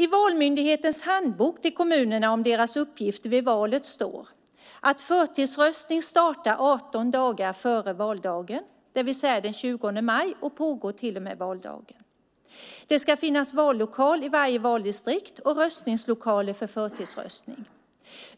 I Valmyndighetens handbok till kommunerna om deras uppgifter vid valet står att förtidsröstningen startar 18 dagar före valdagen, det vill säga den 20 maj i detta fall, och pågår till och med valdagen. Det ska finnas vallokal i varje valdistrikt och röstningslokaler för förtidsröstning.